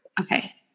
okay